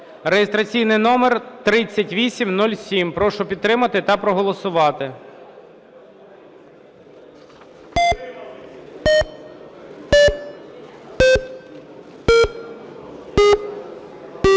(реєстраційний номер 3807). Прошу підтримати та проголосувати.